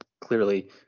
clearly